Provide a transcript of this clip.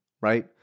right